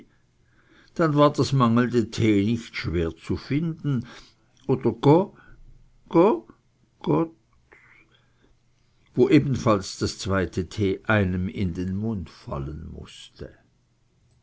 dann war das mangelnde t nicht schwer zu finden oder go go got wo ebenfalls das zweite t einem in den mund fallen mußte